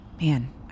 Man